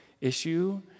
issue